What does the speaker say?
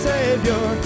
Savior